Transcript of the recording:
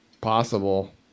possible